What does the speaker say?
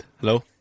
Hello